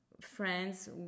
friends